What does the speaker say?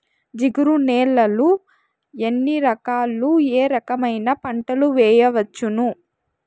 జిగురు నేలలు ఎన్ని రకాలు ఏ రకమైన పంటలు వేయవచ్చును?